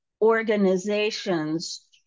organizations